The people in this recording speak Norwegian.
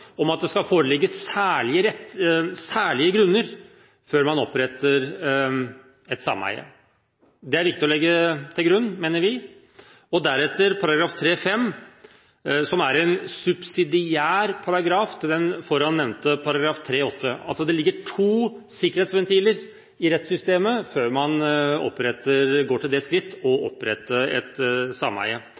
om at det skal foreligge særlige grunner før man oppretter et sameie – det er viktig å legge til grunn, mener vi – og deretter § 3-5, som er en subsidiær paragraf til den foran nevnte § 3-8. Det ligger altså to sikkerhetsventiler i rettssystemet før man går til det skritt å opprette et sameie,